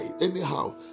anyhow